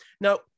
now